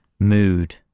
mood